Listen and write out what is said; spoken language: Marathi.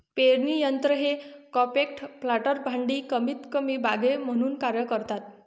पेरणी यंत्र हे कॉम्पॅक्ट प्लांटर भांडी कमीतकमी बागे म्हणून कार्य करतात